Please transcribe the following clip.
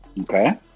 Okay